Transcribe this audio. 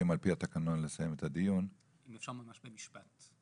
אם אפשר ממש במשפט.